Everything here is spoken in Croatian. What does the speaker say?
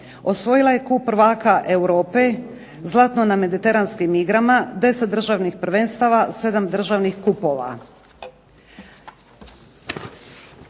osvojila je kup prvaka Europe, zlato na mediteranskim igrama, 10 državnih prvenstava, 7 državnih kupova.